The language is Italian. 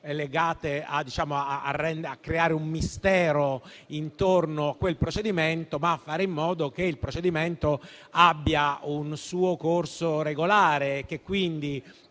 volte a creare un mistero intorno a quel procedimento, ma a fare in modo che il procedimento abbia un suo corso regolare e che quindi